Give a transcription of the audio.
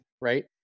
right